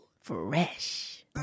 Fresh